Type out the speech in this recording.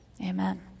amen